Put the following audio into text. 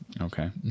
Okay